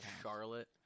Charlotte